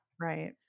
right